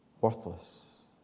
worthless